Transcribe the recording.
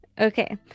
Okay